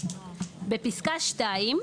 בפסקה (2),